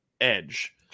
edge